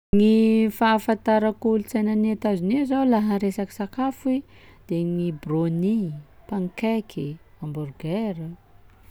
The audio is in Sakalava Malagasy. Gny fahafantara kolontsaina any Etazonia zao laha resaky sakafo i de gny brownie, pancake i, hamburger.